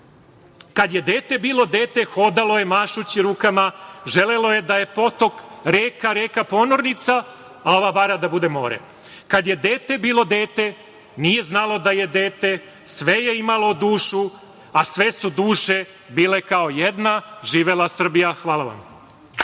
Kad je dete bilo dete hodalo je mašući rukama, želelo je da potok, reka ponornica, a ova bara da bude more. Kad je dete bilo dete nije znalo da je dete, sve je imalo dušu, a sve su duše bile kao jedna. Živela Srbija. Hvala vam.